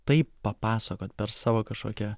tai papasakot per savo kažkokią